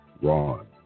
Ron